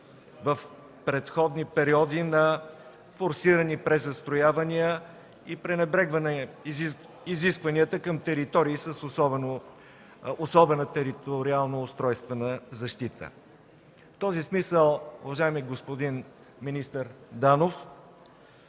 в предходни периоди на форсирани презастроявания и пренебрегване на изискванията към места с особена устройствена териториална защита. В този смисъл, уважаеми господин министър Данов,